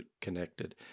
connected